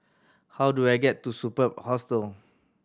how do I get to Superb Hostel